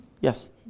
Yes